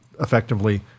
effectively